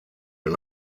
and